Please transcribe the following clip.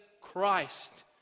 Christ